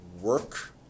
work